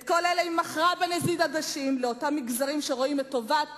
את כל אלה היא מכרה בנזיד עדשים לאותם מגזרים שרואים את טובת